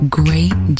great